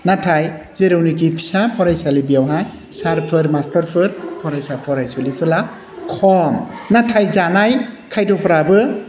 नाथाय जेरावनाखि फिसा फरायसालि बेवहाय सारफोर मास्टारफोर फरायसा फरायसुलिफोरा खम नाथाय जानाय खायद'फ्राबो